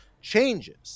changes